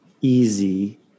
easy